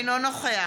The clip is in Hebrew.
אינו נוכח